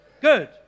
good